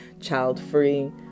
child-free